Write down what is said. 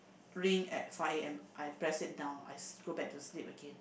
ring at five A_M I press it down I go back to sleep again